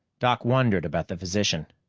doc wondered about the physician.